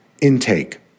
intake